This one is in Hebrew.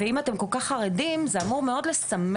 אם אתם כל כך חרדים זה אמור מאוד לשמח